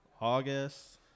August